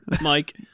mike